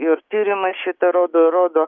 ir tyrimai šitą rodo rodo